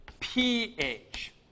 pH